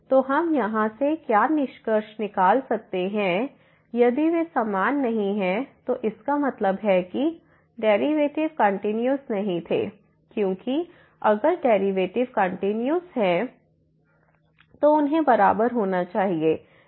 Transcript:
तो हम यहाँ से क्या निष्कर्ष निकाल सकते हैं यदि वे समान नहीं हैं तो इसका मतलब है कि डेरिवेटिव कंटिन्यूस नहीं थे क्योंकि अगर डेरिवेटिव कंटिन्यूस होते तो उन्हें बराबर होना चाहिए